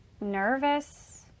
nervous